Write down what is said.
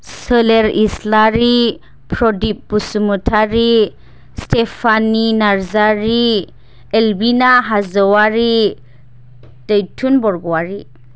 सोलेर इसलारि प्रदिप बसुमतारि स्टेफानि नार्जारि एलबिना हाज'वारि दैथुन बरगयारि